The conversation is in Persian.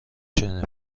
شیرینی